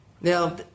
Now